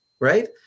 Right